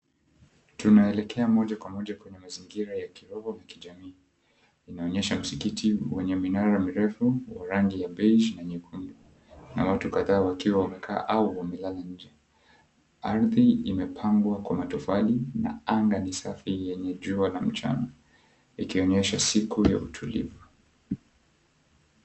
Tunaelekea moja kwa moja kwenye mazingira ya kiroho na kijamii Inaonyesha Msikiti wenye minara mirefu wa rangi ya beige[ na nyekundu. Na watu kadhaa wakiwa wamekaa, au wamelala nje. Ardhi imepangwa kwa matofali, na anga ni safi yenye jua la mchana, ikionyesha siku ya utulivu.